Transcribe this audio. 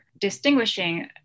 distinguishing